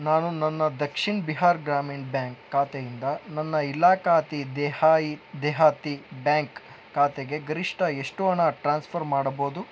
ನಾನು ನನ್ನ ದಕ್ಷಿಣ್ ಬಿಹಾರ್ ಗ್ರಾಮೀಣ ಬ್ಯಾಂಕ್ ಖಾತೆಯಿಂದ ನನ್ನ ಇಲಾಕಾತಿ ದೇಹಾಯಿ ದೆಹಾತಿ ಬ್ಯಾಂಕ್ ಖಾತೆಗೆ ಗರಿಷ್ಠ ಎಷ್ಟು ಹಣ ಟ್ರಾನ್ಸ್ಫರ್ ಮಾಡಬೌದು